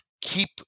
keep